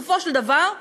בסופו של דבר,